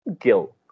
guilt